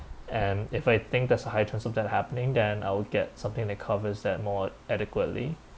and if I think there's a high chance of that happening then I'll get something that covers that more adequately